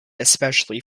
especially